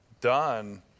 done